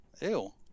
Ew